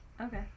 Okay